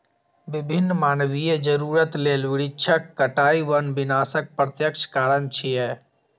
विभिन्न मानवीय जरूरत लेल वृक्षक कटाइ वन विनाशक प्रत्यक्ष कारण छियै